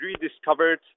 rediscovered